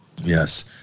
Yes